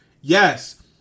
Yes